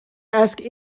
ask